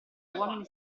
uomini